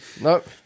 Nope